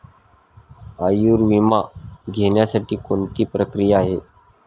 आयुर्विमा घेण्यासाठी कोणती प्रक्रिया आहे?